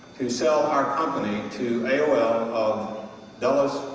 to sell our company to aol of dulles,